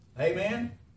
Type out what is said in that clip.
Amen